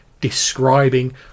describing